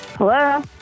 Hello